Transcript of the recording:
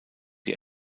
die